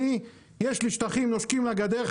אני יש לי שטחים נושקים לגדר,